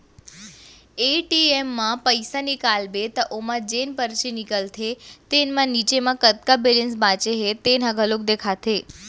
ATM म पइसा निकालबे त ओमा जेन परची निकलथे तेन म नीचे म कतका बेलेंस बाचे हे तेन ह घलोक देखाथे